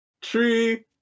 tree